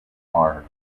are